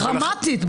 עלייה דרמטית.